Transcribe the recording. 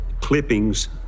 clippings